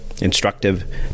instructive